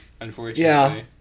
unfortunately